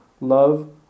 Love